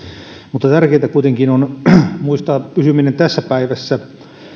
mutta tärkeintä kuitenkin on muistaa pysyminen tässä päivässä